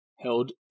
held